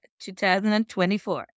2024